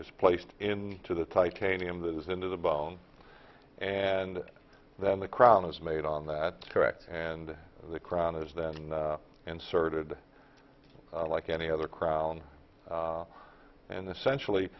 is placed in to the titanium that is into the bone and then the crown is made on that correct and the crown is then inserted like any other crown and the centrally